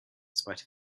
spite